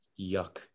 yuck